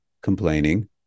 complaining